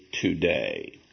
today